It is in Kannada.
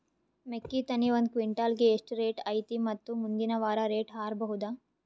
ಮೆಕ್ಕಿ ತೆನಿ ಒಂದು ಕ್ವಿಂಟಾಲ್ ಗೆ ಎಷ್ಟು ರೇಟು ಐತಿ ಮತ್ತು ಮುಂದಿನ ವಾರ ರೇಟ್ ಹಾರಬಹುದ?